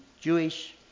Jewish